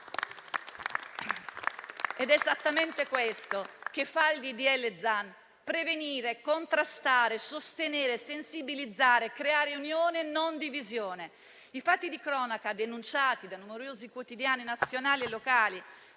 Ed è esattamente questo che fa il disegno di legge Zan: prevenire, contrastare, sostenere, sensibilizzare, creare unione e non divisione. I fatti di cronaca denunciati da numerosi quotidiani nazionali e locali